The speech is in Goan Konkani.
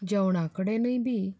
जेवणा कडेनूय बी